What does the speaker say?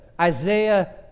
Isaiah